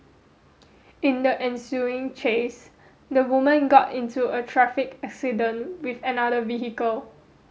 in the ensuing chase the woman got into a traffic accident with another vehicle